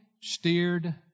steered